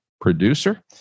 producer